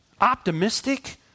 Optimistic